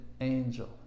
angel